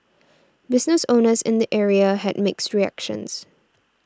business owners in the area had mixed reactions